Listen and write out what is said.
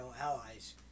allies